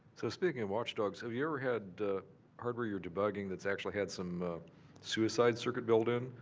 so, speaking of watchdogs, have you ever had hardware you're debugging, that's actually had some suicide circuit built in?